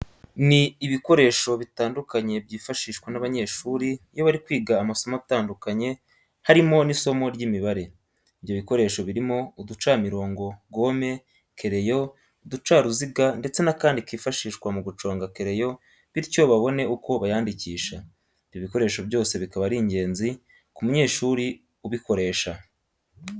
Ni ibikoresho bitandukanye byifashishwa n'abanyeshuri iyo bari kwiga amasomo atandukanye harimo n'isimo ry'Imibare. ibyo bikoresho birimo uducamirongo, gome, kereyo, uducaruziga ndetse n'akandi kifashishwa mu guconga kereyo bityo babone uko bayandikisha. Ibyo bikoresho byose bikaba ari ingenzi ku munyeshuri ubukoresha.